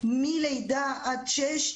מגיל לידה עד שש,